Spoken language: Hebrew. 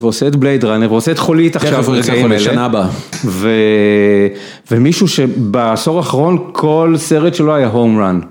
ועושה את בלייד ראנר, ועושה את חולית עכשיו, ורקעים אלה, ומישהו שבעשור האחרון כל סרט שלו היה home run.